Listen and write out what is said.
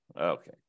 Okay